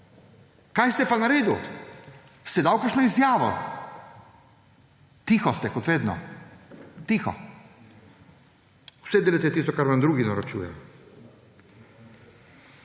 Kaj ste pa naredili? Ste dali kakšno izjavo? Tiho ste kot vedno. Tiho. Delate tisto, kar vam drugi naročujejo.